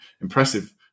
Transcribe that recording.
impressive